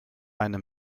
eine